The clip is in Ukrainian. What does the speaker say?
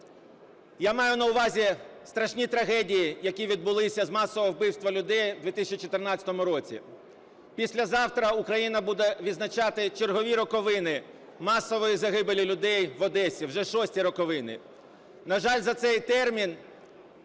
Я маю на увазі страшні трагедії, які відбулися з масового вбивства людей в 2014 році. Післязавтра Україна буде відзначати чергові роковини масової загибелі людей в Одесі. Вже шості роковини. На жаль, за цей термін